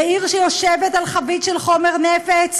בעיר שיושבת על חבית של חומר נפץ,